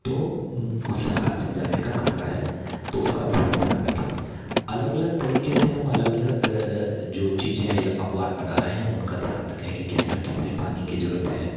तो उससे हाथ जल जाने का खतरा है तो उसका भी हम ध्यान रखें अलग अलग तरीक़े से हम अलग अलग जो चीज़ें या पकवान बना रहे हैं उनका ध्यान रखें कि किस में कितने पानी की ज़रूरत है